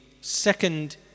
second